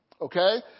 okay